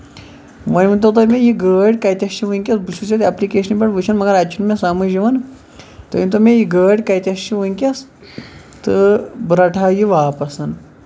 وۄنۍ ؤنۍ تو تُہۍ مےٚ گٲڑۍ کَتیس چھُ وٕنکیٚس بہٕ چھُس ییٚتہِ ایپلِکیشنہِ پٮ۪ٹھ وٕچھان مَگر اَتہِ چھُنہٕ مےٚ سَمجھ یِوان تہٕ تُہۍ دٔپتو مےٚ یہِ گٲڑۍ کَتیس چھِ وٕنکیٚس تہٕ بہٕ رَٹہٕ ہا یہِ واپَس ہن